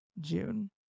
June